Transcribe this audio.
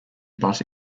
bus